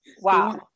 Wow